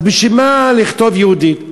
אז בשביל מה לכתוב "יהודית"?